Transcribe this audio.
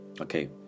okay